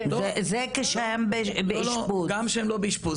גם שהן לא באשפוז,